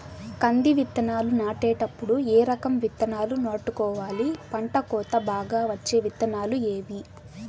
కంది విత్తనాలు నాటేటప్పుడు ఏ రకం విత్తనాలు నాటుకోవాలి, పంట కోత బాగా వచ్చే విత్తనాలు ఏవీ?